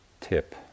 tip